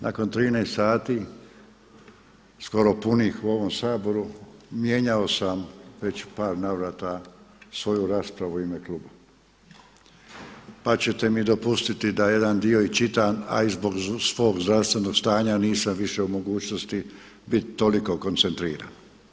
Nakon 13 sati skoro punih u ovom Saboru mijenjao sam već u par navrata svoju raspravu u ime kluba, pa ćete mi dopustiti da jedan dio i čitam, a i zbog svog zdravstvenog stanja nisam više u mogućnosti bit toliko koncentriran.